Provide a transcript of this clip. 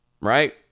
right